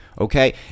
okay